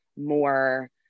more